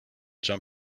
jump